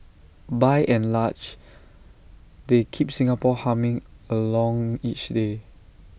by and large they keep Singapore humming along each day